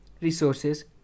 resources